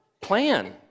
plan